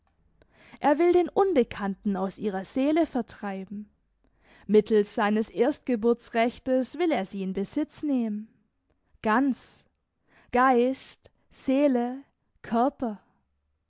er will den unbekannten aus ihrer seele vertreiben mittels seines erstgeburtsrechtes will er sie in besitz nehmen ganz geist seele körper